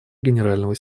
генерального